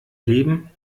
leben